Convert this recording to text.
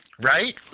Right